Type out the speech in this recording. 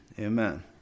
amen